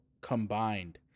combined